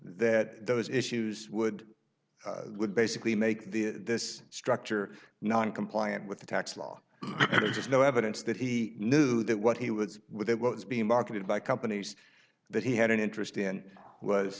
that those issues would would basically make the this structure noncompliant with the tax law there's no evidence that he knew that what he was with that was being marketed by companies that he had an interest in was